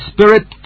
spirit